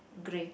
grey